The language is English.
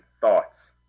thoughts